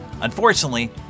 Unfortunately